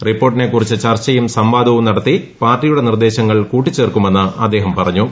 റിപ്പോർട്ടിനെക്കുറിച്ച് ചർച്ചയും സംവാദവും നടത്തി പാർട്ടിയുടെ നിർദ്ദേശങ്ങൾ കൂട്ടിച്ചേർക്കുമെന്നും അദ്ദേഹം പറഞ്ഞു